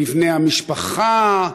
מבנה המשפחה,